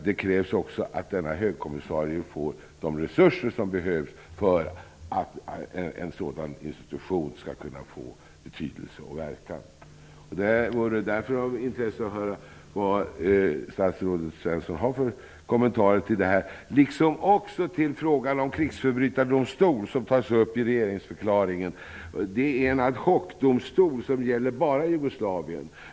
Det krävs också att denna högkommsisarie får de resurser som krävs för att en sådan institution skall kunna verka och få betydelse. Det vore därför av intresse att höra vad statsrådet Svensson har för kommentarer till detta. Jag undrar också vad statsrådet har för kommentar till frågan om krigsförbrytardomstol. Det är fråga om en ad hoc-domstol som bara gäller Jugoslavien.